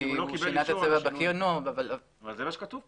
זה מה שכתוב כאן.